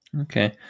okay